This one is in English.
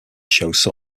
shows